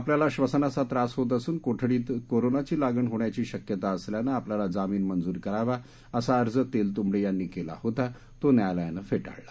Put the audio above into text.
आपल्याला श्वसनाचा त्रास होत असून कोठडीत कोरोनाची लागण होण्याची शक्यता असल्यानं आपल्याला जामीन मंजूर करावा असा अर्ज तेलतुंबडे यांनी केला होता तो न्यायालयाने फेटाळला